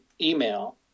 email